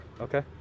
okay